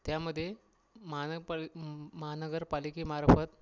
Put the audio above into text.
त्यामध्ये महानपा म महानगर पालिकेमार्फत